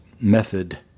method